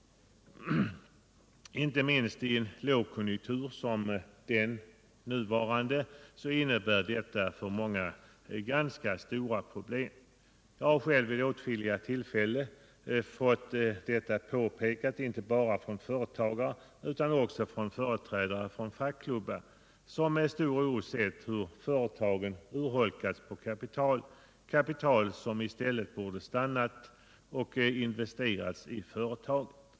Inte minst i en lågkonjunktur som den nuvarande innebär detta ganska stora problem. Jag har själv vid åtskilliga tillfällen fått detta påpekat inte bara av företagare utan också av företrädare för fackklubbar, som med stor oro sett hur företagen urholkats genom att berövas kapital, som i stället borde ha fått stanna och investeras i företagen.